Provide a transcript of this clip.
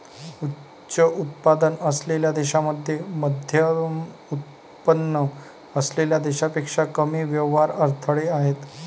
उच्च उत्पन्न असलेल्या देशांमध्ये मध्यमउत्पन्न असलेल्या देशांपेक्षा कमी व्यापार अडथळे आहेत